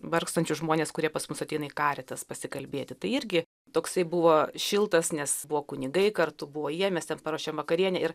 vargstančius žmones kurie pas mus ateina į karitas pasikalbėti tai irgi toksai buvo šiltas nes buvo kunigai kartu buvo jie mes ten paruošėm vakarienę ir